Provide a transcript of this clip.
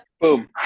Boom